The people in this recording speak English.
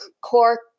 core